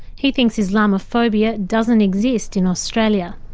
he thinks islamophobia doesn't exist in australia.